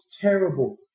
terrible